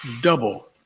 double